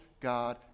God